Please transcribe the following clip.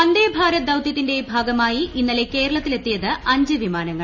വന്ദേഭാരത് ദൌതൃത്തിന്റെ ഭാഗമാിയി ഇന്നലെ കേരളത്തിലെത്തിയത് അഞ്ച് ഗ്ലീമാന്നങ്ങൾ